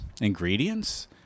Ingredients